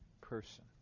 person